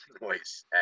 noise